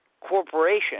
corporation